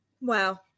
wow